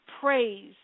praise